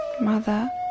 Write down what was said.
mother